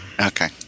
Okay